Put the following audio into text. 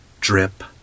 drip